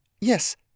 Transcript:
yes